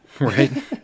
Right